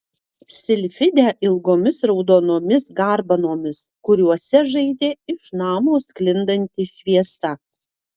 silfidę ilgomis raudonomis garbanomis kuriuose žaidė iš namo sklindanti šviesa